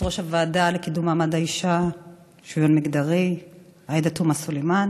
יושבת-ראש הוועדה לקידום מעמד האישה ושוויון מגדרי עאידה תומא סלימאן,